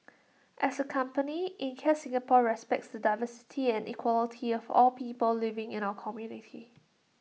as A company Ikea Singapore respects the diversity and equality of all people living in our community